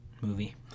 movie